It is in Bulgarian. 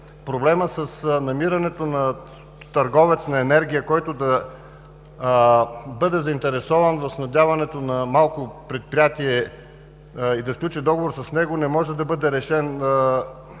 проблемът с намирането на търговец на енергия, който да бъде заинтересован за снабдяването на малко предприятие и да сключи договор с него, не може да бъде решен